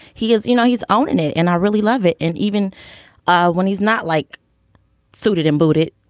he is you know he's owning it. and i really love it. and even when he's not like suited and bought it